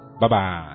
Bye-bye